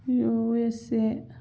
USA